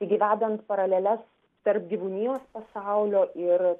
taigi vedant paraleles tarp gyvūnijos pasaulio ir